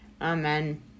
Amen